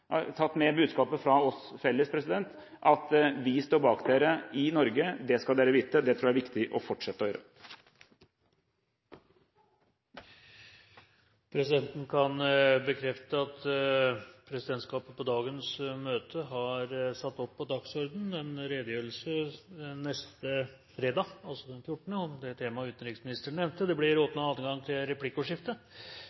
gang tatt med – budskapet fra oss felles: Vi står bak dere i Norge, det skal dere vite! Det tror jeg er viktig å fortsette å gjøre. Presidenten kan bekrefte at presidentskapet på dagens møte har satt opp på dagsordenen en redegjørelse neste fredag, altså den 14., om det temaet utenriksministeren nevnte. Det blir